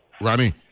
Ronnie